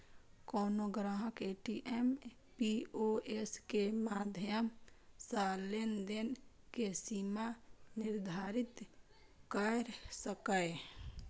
कोनो ग्राहक ATM, POS के माध्यम सं लेनदेन के सीमा निर्धारित कैर सकैए